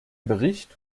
bericht